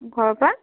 ঘৰৰ পৰা